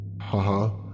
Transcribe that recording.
Haha